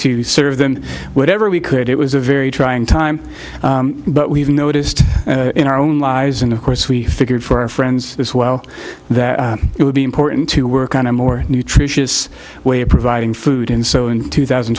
to serve them whatever we could it was a very trying time but we've noticed in our own lives and of course we figured for our friends as well that it would be important to work on a more nutritious way of providing food and so in two thousand